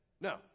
No